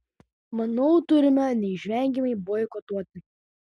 manau turime neišvengiamai boikotuoti